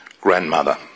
grandmother